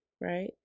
Right